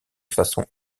façon